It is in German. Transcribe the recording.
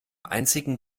einzigen